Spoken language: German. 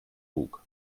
bug